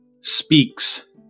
speaks